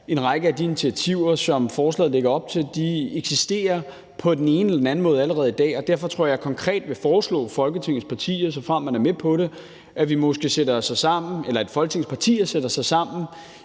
en række af de initiativer, som forslaget lægger op til, allerede i dag på den ene eller den anden måde. Derfor tror jeg, at jeg konkret vil foreslå Folketingets partier, såfremt man er med på det, at Folketingets partier sætter sig sammen